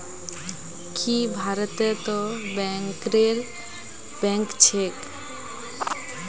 की भारतत तो बैंकरेर बैंक छेक